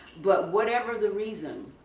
but whatever the reason.